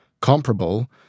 comparable